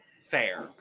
fair